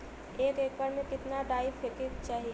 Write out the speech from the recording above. एक एकड़ में कितना डाई फेके के चाही?